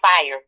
Fire